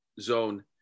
zone